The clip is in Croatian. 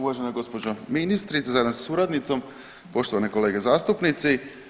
Uvažena gospođo ministrice zajedno sa suradnicom, poštovane kolege zastupnici.